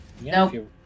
No